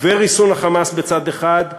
וריסון ה"חמאס" בצד אחד,